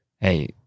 Hey